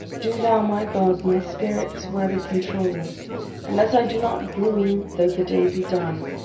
do thou, my god, my spirit's weather control and as i do not gloom though the day be dun,